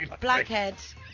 Blackheads